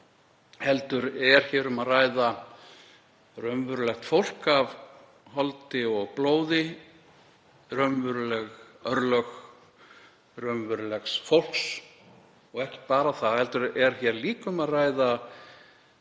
heldur er hér um að ræða raunverulegt fólk af holdi og blóði, raunveruleg örlög raunverulegs fólks. Og ekki bara það, heldur er líka um að ræða